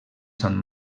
sant